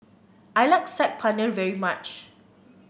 I like Saag Paneer very much